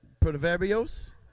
Proverbios